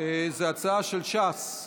זו ההצעה של ש"ס.